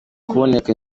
kuboneka